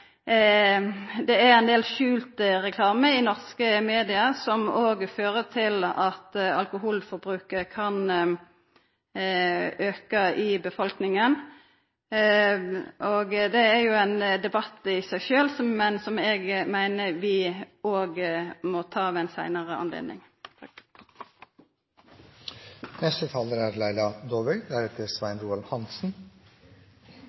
det er ein del skjult reklame i norske medier som òg fører til at alkoholforbruket kan auka i befolkninga. Det er ein debatt i seg sjølv, men som eg meiner vi òg må ta ved ei seinare anledning.